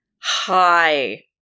Hi